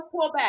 pullback